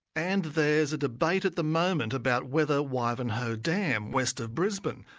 and there's a debate at the moment about whether wivenhoe dam, west of brisbane,